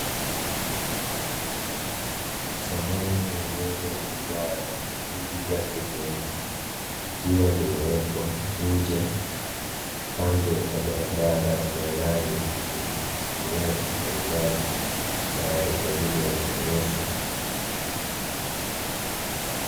Samani ya meza ya mduara na viti vyake vinne, vikiwa vimewekwa nje kando ya barabara ya rami yenye watumiaji mbalimbali tayari kwa ajili ya maonyesho.